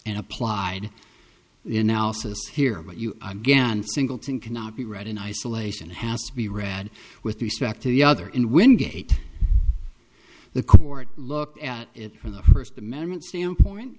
and applied in elsa's here but you again singleton cannot be read in isolation it has to be read with respect to the other in wingate the court looked at it from the first amendment standpoint